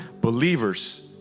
believers